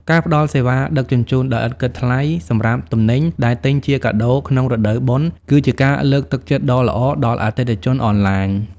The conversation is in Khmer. ការផ្តល់សេវាដឹកជញ្ជូនដោយឥតគិតថ្លៃសម្រាប់ទំនិញដែលទិញជាកាដូក្នុងរដូវបុណ្យ គឺជាការលើកទឹកចិត្តដ៏ល្អដល់អតិថិជនអនឡាញ។